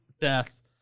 death